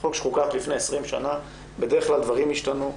החוק חוקק לפני 20 שנה, בדרך כלל דברים משתנים.